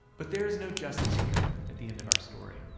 but there is no justice here at the end of our story,